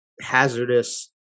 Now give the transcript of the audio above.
hazardous